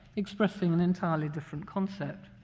expressing an entirely different concept.